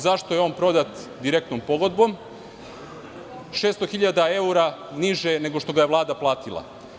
Zašto je on prodat direktnom pogodbom 600.000 evra niže nego što ga je Vlada platila?